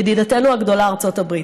ידידתנו הגדולה ארצות הברית.